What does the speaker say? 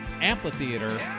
amphitheater